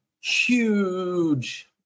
huge